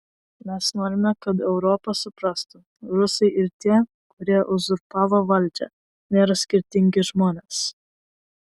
mes norime kad europa suprastų rusai ir tie kurie uzurpavo valdžią nėra skirtingi žmonės